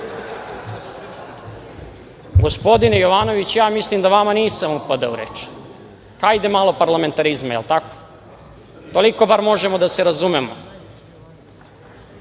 Jovanoviću, mislim da vama nisam upadao u reč. Hajde malo parlamentarizma. Je li tako? Toliko bar možemo da se razumemo. Uvaženi